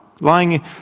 lying